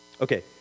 Okay